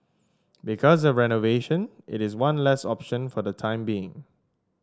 because of renovation it is one less option for the time being